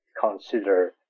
consider